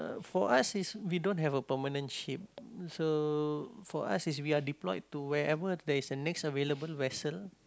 for us is we don't have a permanent ship so for us is we are deployed to wherever there is a next available vessel